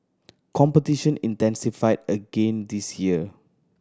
competition intensified again this year